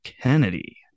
Kennedy